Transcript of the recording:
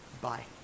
Bye